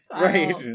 Right